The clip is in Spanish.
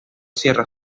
sierra